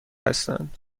هستند